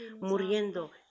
muriendo